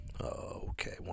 Okay